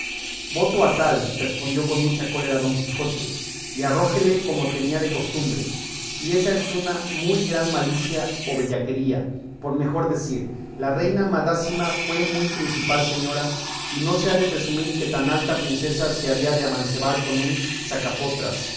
voto a tal respondió con mucha cólera don quijote y arrojóle como tenía de costumbre y ésa es una muy gran malicia o bellaquería por mejor decir la reina madásima fue muy principal señora y no se ha de presumir que tan alta princesa se había de amancebar con un